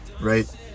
right